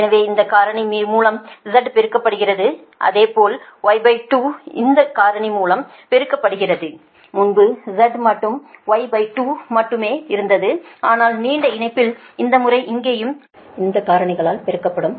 எனவே இந்த காரணி மூலம் Z பெருக்கப்படுகிறது அதேபோல் Y2 இந்த காரணி மூலம் பெருக்கப்படுகிறது முன்பு Z மற்றும்Y2 மட்டுமே இருந்தது ஆனால் நீண்ட இணைப்பில் இந்த முறை இங்கேயும் இங்கேயும் இந்த 2 காரணிகளால் பெருக்கப்படும்